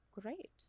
great